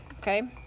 okay